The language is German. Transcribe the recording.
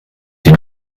den